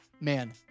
Man